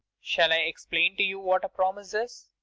shall i explain to you what a promise is?